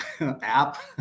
app